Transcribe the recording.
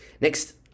Next